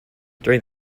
during